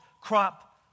crop